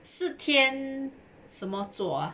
是天什么座